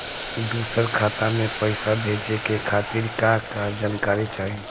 दूसर खाता में पईसा भेजे के खातिर का का जानकारी चाहि?